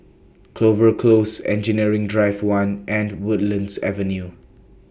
Clover Close Engineering Drive one and Woodlands Avenue